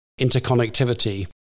interconnectivity